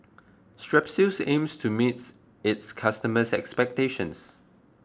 Strepsils aims to meets its customers' expectations